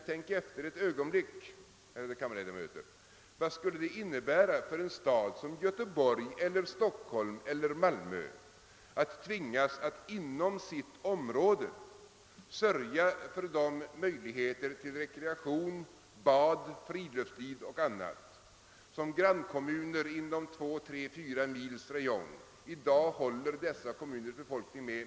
Tänk efter ett ögonblick, ärade kammarledamöter! Vad skulle det innebära för en stad som Göteborg, Stockholm eller Malmö att tvingas att inom kommunen sörja för de möjligheter till rekreation, bad, friluftsliv och annat som i dag grannkommuner inom 2, 3 eller 4 mils räjong mer eller mindre gratis håller dessa kommuners befolkning med?